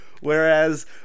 Whereas